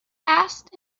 asked